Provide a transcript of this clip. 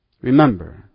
Remember